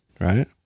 right